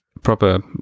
proper